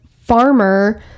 Farmer